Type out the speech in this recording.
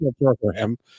program